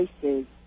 places